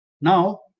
now